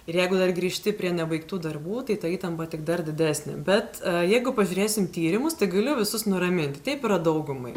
ir jeigu dar grįžti prie nebaigtų darbų tai ta įtampa tik dar didesnė bet jeigu pažiūrėsim tyrimus tai galiu visus nuraminti taip yra daugumai